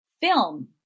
film